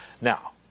Now